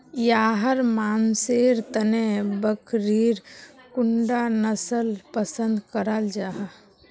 याहर मानसेर तने बकरीर कुंडा नसल पसंद कराल जाहा?